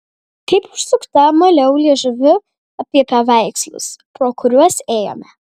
kaip užsukta maliau liežuviu apie paveikslus pro kuriuos ėjome